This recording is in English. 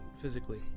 physically